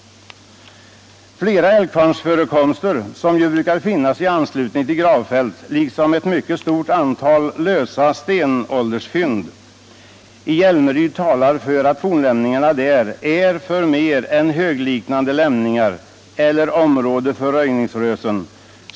Flera älvkvarnsförekomster, som ju brukar finnas i anslutning till gravfält, liksom ett mycket stort antal lösa stenåldersfynd i Hjälmeryd, talar för att fornlämningarna där är förmer än ”högliknande lämningar” eller ”område för röjningsrösen”.